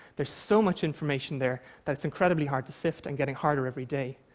there's so much information there that it's incredibly hard to sift and getting harder every day,